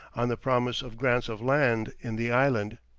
on the promise of grants of land in the island.